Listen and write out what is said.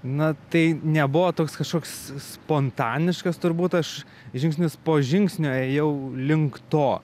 na tai nebuvo toks kažkoks spontaniškas turbūt aš žingsnis po žingsnio ėjau link to